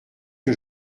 que